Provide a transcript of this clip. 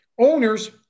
owners